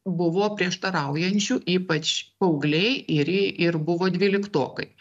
buvo prieštaraujančių ypač paaugliai ir i ir buvo dvyliktokai